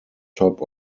top